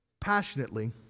passionately